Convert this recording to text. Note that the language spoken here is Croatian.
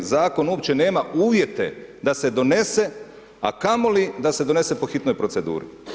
Zakon uopće nema uvijete da se donese, a kamoli da se donese po hitnoj proceduri.